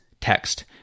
text